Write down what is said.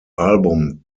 album